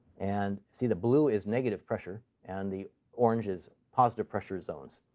and see, the blue is negative pressure, and the orange is positive-pressure zones.